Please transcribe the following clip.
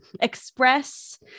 express